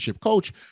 coach